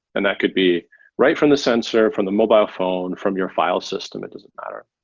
and that could be right from the sensor, from the mobile phone, from your file system. it doesn't matter.